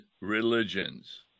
religions